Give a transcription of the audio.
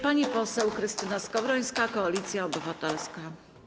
Pani poseł Krystyna Skowrońska, Koalicja Obywatelska.